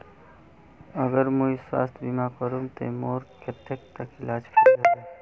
अगर मुई स्वास्थ्य बीमा करूम ते मोर कतेक तक इलाज फ्री होबे?